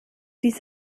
dies